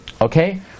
Okay